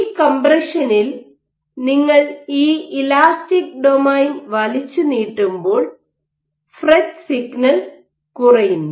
ഈ കംപ്രഷനിൽ നിങ്ങൾ ഈ ഇലാസ്റ്റിക് ഡൊമെയ്ൻ വലിച്ചുനീട്ടുമ്പോൾ ഫ്രെറ്റ് സിഗ്നൽ കുറയുന്നു